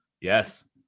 Yes